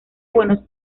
buenos